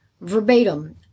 verbatim